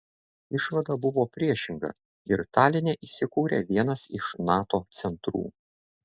išvada buvo priešinga ir taline įsikūrė vienas iš nato centrų